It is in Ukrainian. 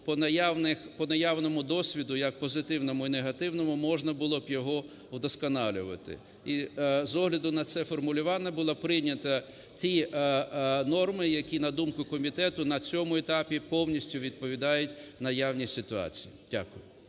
по наявному досвіду, як позитивному і негативному, можна було б його вдосконалювати. І з огляду на це формулювання було прийнято ті норми, які, на думку комітету, на цьому етапі повністю відповідають наявній ситуації. Дякую.